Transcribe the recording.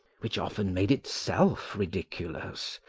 which often made itself ridiculous,